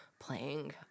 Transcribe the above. Playing